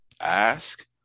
ask